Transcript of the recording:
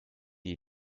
you